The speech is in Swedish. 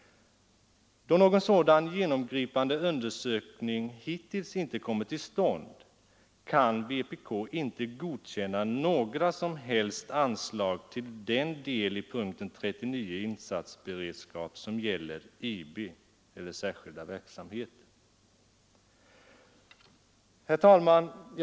Då någon sådan genomgripande undersökning hittills inte kommit till stånd, kan vpk inte godkänna några som helst anslag till den del i punkten 39, insatsberedskap m.m. som gäller IB eller särskilda verksamheten. Herr talman!